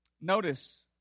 Notice